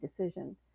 decision